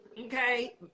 Okay